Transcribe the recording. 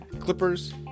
clippers